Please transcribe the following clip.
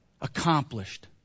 accomplished